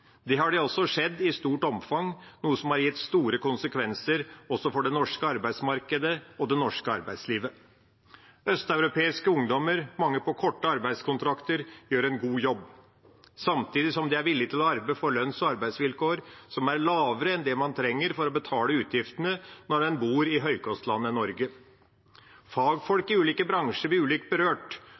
arbeidskraft. Det har også skjedd i stort omfang, noe som har gitt store konsekvenser også for det norske arbeidsmarkedet og det norske arbeidslivet. Østeuropeiske ungdommer, mange på korte arbeidskontrakter, gjør en god jobb, samtidig som de er villige til å arbeide for lønns- og arbeidsvilkår som er lavere enn det man trenger for å betale utgiftene når man bor i høykostlandet Norge. Fagfolk i ulike bransjer blir ulikt berørt,